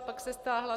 Pak se stáhla.